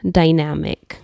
dynamic